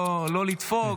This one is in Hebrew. לא לדפוק,